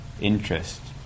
interest